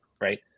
right